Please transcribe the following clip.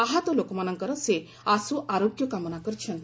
ଆହତ ଲୋକମାନଙ୍କର ସେ ଆଶୁ ଆରୋଗ୍ୟ କାମନା କରିଛନ୍ତି